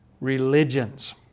religions